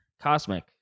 Cosmic